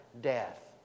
death